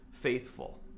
faithful